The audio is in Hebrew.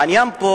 העניין פה